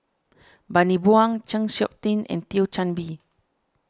Bani Buang Chng Seok Tin and Thio Chan Bee